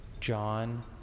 John